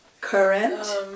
Current